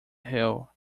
hill